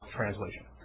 translation